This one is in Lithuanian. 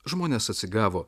žmonės atsigavo